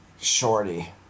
Shorty